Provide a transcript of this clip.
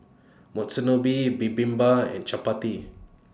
Monsunabe Bibimbap and Chapati